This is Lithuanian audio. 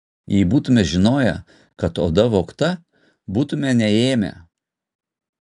jei būtume žinoję kad oda vogta būtume neėmę